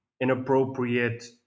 inappropriate